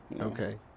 Okay